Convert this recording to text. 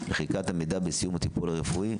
מחיקת המידע בסיום בטיפול הרפואי.